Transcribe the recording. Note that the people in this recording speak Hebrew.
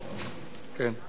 כן, את לא צריכה לרוץ.